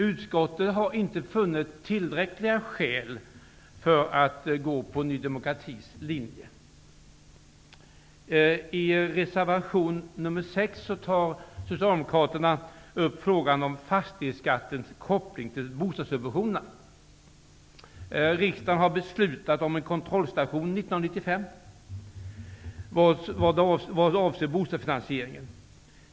Utskottet har inte funnit tillräckliga skäl för att gå på Ny demokratis linje. I reservation nr 6 tar Socialdemokraterna upp frågan om fastighetsskattens koppling till bostadssubventionerna. Riksdagen har beslutat om en kontrollstation 1995 vad avser bostadsfinansieringen.